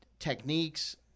techniques